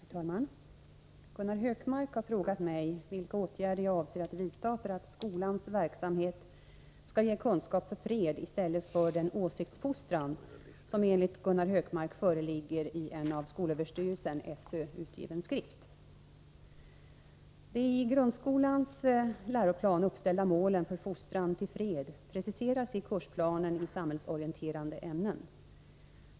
Herr talman! Gunnar Hökmark har frågat mig vilka åtgärder jag avser att vidta för att skolans verksamhet skall ge kunskaper för fred i stället för den åsiktsfostran som enligt Gunnar Hökmark föreligger i en av skolöverstyrelsen utgiven skrift. De i grundskolans läroplan uppställda målen för fostran till fred preciseras i kursplanen i samhällsorienterande ämnen.